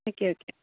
okay okay